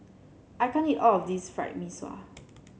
I can't eat all of this Fried Mee Sua